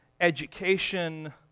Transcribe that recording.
education